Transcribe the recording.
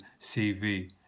CV